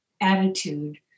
attitude